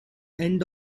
end